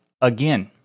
again